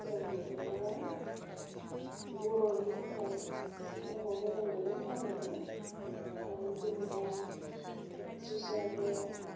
मोजां मोन्नाया बर' नि थाखाय सिनेमाखौ मोजां मोनो नायनो जेनेबा एक्ट्रेसआबो